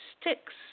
sticks